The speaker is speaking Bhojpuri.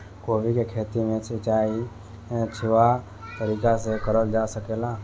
गोभी के खेती में सिचाई छिड़काव तरीका से क़रल जा सकेला?